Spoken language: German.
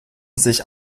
sich